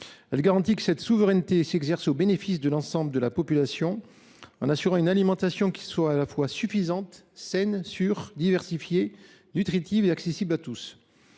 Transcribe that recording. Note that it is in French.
à garantir que la souveraineté s’exerce au bénéfice de l’ensemble de la population en assurant une « alimentation suffisante, saine, sûre, diversifiée, nutritive, accessible à tous